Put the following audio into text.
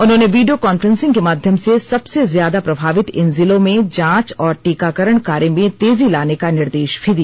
उन्होंने video conferencing के माध्यम से सबसे ज्यादा प्रभावित इन जिलों में जांच और टीकाकरण कार्य में तेजी लाने का निर्देश भी दिया